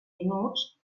minuts